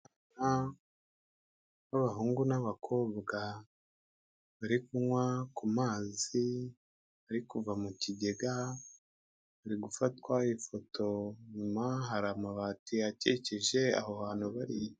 Abana b'abahungu n'abakobwa bari kunywa ku mazi ari kuva mu kigega, hari gufatwa ifoto inyuma hari amabati akikije aho hantu bari.